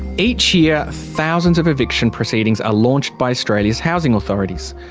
each year, thousands of eviction proceedings are launched by australia's housing authorities.